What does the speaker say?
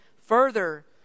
further